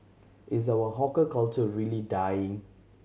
is our hawker culture really dying